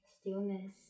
Stillness